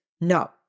no